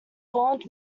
formed